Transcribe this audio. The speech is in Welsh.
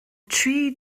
tri